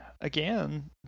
again